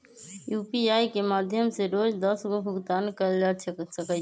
UPI के माध्यम से रोज दस गो भुगतान कयल जा सकइ छइ